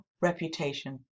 reputation